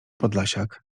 podlasiak